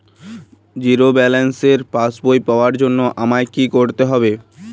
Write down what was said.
Zero ব্যালেন্সের পাসবই পাওয়ার জন্য আমায় কী করতে হবে?